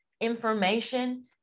information